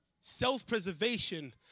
self-preservation